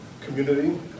community